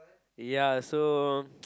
ya so